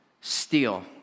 steal